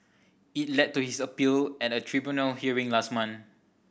it led to his appeal at a tribunal hearing last month